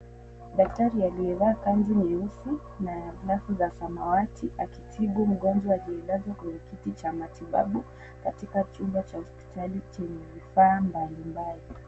Daktari aliyevaa kanzu nyeusi na glovu za samawati akitibu mgonjwa aliyelazwa kwenye kiti cha matibabu katika chumba cha hospitali chenye vifaa mbalimbali.